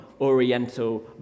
oriental